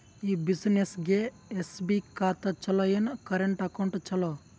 ಈ ಬ್ಯುಸಿನೆಸ್ಗೆ ಎಸ್.ಬಿ ಖಾತ ಚಲೋ ಏನು, ಕರೆಂಟ್ ಅಕೌಂಟ್ ಚಲೋ?